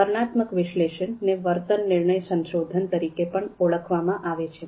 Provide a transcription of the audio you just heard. વર્ણનાત્મક વિશ્લેષણ ને વર્તન નિર્ણય સંશોધન તરીકે પણ ઓળખવામાં આવે છે